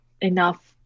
enough